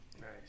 Nice